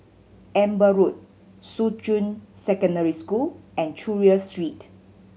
Amber Road Shuqun Secondary School and Chulia Street